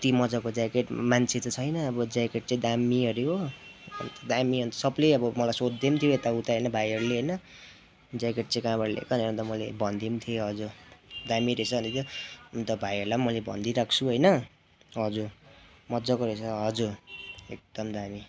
कति मजाको ज्याकेट मान्छे चाहिँ छैन अब ज्यकेट चाहिँ दामी अरे हो अन्त दामी अन्त सबले अब मलाई सोध्दा पनि थियो यताउता होइन भाइहरूले होइन ज्याकेट चाहिँ कहाँबाट ल्याएको भनेर अन्त मैले भन्दै पनि थिएँ हजुर दामी रहेछ भन्दै थियो अन्त भाइहरूलाई पनि मैले भन्दिरहेको होइन हजुर मजाको रहेछ हजुर एकदम दामी